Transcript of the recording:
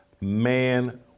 Man